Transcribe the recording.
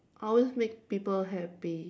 I always make people happy